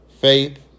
faith